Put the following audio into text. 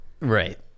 Right